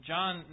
John